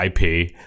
IP